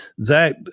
Zach